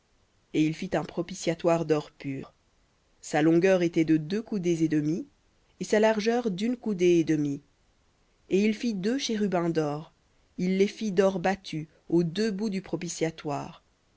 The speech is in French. et il fit un propitiatoire d'or pur sa longueur était de deux coudées et demie et sa largeur d'une coudée et demie et il fit deux chérubins d'or il les fit d'or battu aux deux bouts du propitiatoire